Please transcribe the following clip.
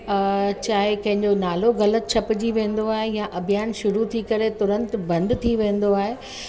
चाहे कंहिंजो नालो ग़लति छपिजी वेंदो आहे या अभ्यान शुरू थी करे तुरंत बंदि थी वेंदो आहे